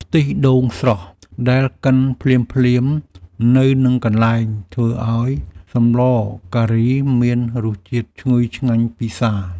ខ្ទិះដូងស្រស់ដែលកិនភ្លាមៗនៅនឹងកន្លែង ធ្វើឱ្យសម្លការីមានរសជាតិឈ្ងុយឆ្ងាញ់ពិសា។